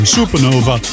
Supernova